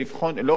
לא רק עיוורים,